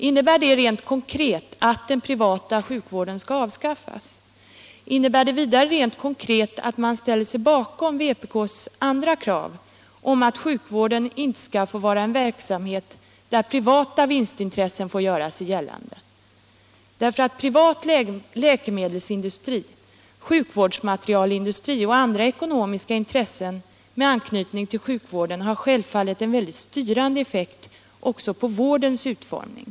Innebär detta rent konkret att den privata sjukvården skall avskaffas? Innebär det vidare rent konkret att man ställer sig bakom vpk:s andra krav om. att sjukvården inte skall få vara en verksamhet där privata vinstintressen kan göra sig gällande? Privat läkemedelsindustri, sjukvårdsmaterialindustri och andra ekonomiska intressen med anknytning till sjukvården har självfallet en väldig styrande effekt också på vårdens utformning.